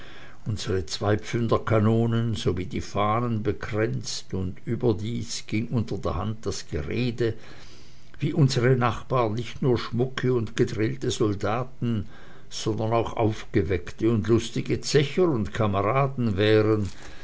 unsere zweipfünderkanonen sowie die fahnen bekränzt und überdies ging unterderhand das gerede wie unsere nachbaren nicht nur schmucke und gedrillte soldaten sondern auch aufgeweckte und lustige zecher und kameraden wären